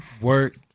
Work